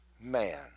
man